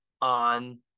on –